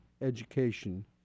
education